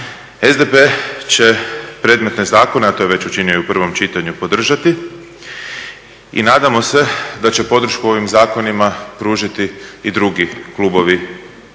SDP će predmetne zakone, a to je već učinio i u prvom čitanju podržati i nadamo se da će podršku ovim zakonima pružiti i drugi klubovi